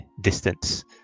distance